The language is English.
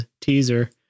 teaser